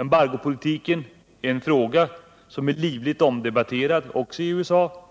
Embargopolitiken är en fråga som är livligt omdebatterad också i USA,